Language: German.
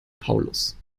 paulus